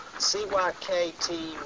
C-Y-K-T